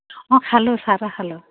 অঁ খালোঁ চাহ তাহ খালোঁ